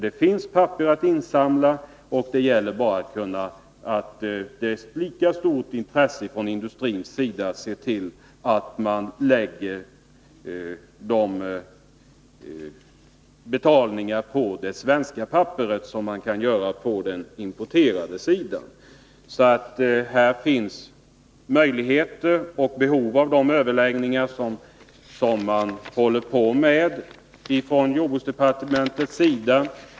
Det finns papper att samla in, och det gäller bara att man från industrins sida har lika stort intresse av att se till att det är samma priser på det svenska papperet som man betalar för det importerade inkl. transporter. Det finns alltså möjligheter att lösa frågan om pappersinsamlingen genom de överväganden som pågår inom jordbruksdepartementet.